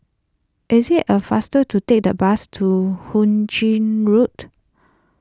is a faster to take the bus to Hu Ching Road